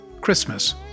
Christmas